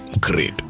great